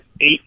eight